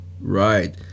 Right